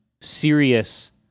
serious